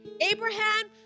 Abraham